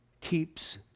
keeps